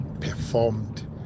performed